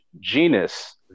genus